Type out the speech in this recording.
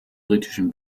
britischen